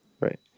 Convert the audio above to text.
right